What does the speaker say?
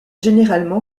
généralement